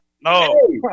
no